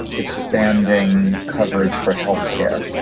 expanding coverage for health care,